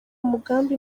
mugambi